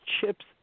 chips